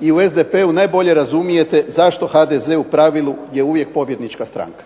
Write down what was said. i u SDP-u najbolje razumijete zašto HDZ je u pravilu uvijek pobjednička stranka.